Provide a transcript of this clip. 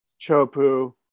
Chopu